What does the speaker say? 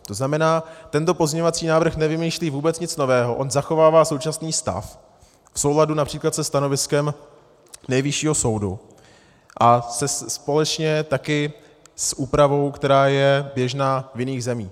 To znamená, tento pozměňovací návrh nevymýšlí vůbec nic nového, on zachovává současný stav v souladu například se stanoviskem Nejvyššího soudu a společně také s úpravou, která je běžná v jiných zemích.